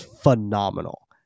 phenomenal